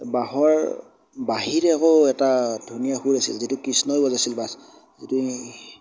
বাঁহৰ বাঁহীৰ আকৌ এটা ধুনীয়া সুৰ আছিল যিটো কৃষ্ণই বজাইছিল সেইটো